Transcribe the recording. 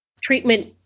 treatment